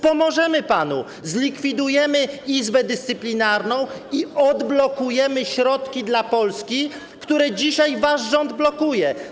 Pomożemy panu, zlikwidujemy Izbę Dyscyplinarną i odblokujemy środki dla Polski, które dzisiaj wasz rząd blokuje.